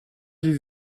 sie